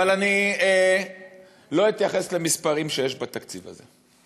אבל אני לא אתייחס למספרים שיש בתקציב הזה.